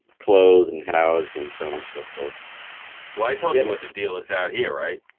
clothed and housed and so on so forth well. i told you what the deal is out here, right?